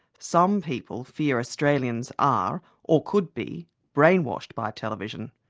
some people fear australians are or could be brainwashed by television.